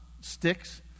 sticks